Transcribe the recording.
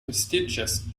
prestigious